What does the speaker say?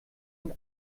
und